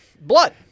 blood